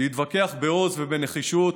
להתווכח בעוז ובנחישות,